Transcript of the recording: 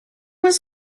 was